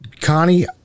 Connie